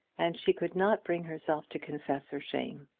and she could not bring herself to confess her shame.